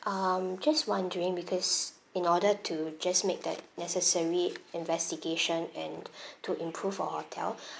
um just wondering because in order to just make that necessary investigation and to improve our hotel